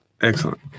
excellent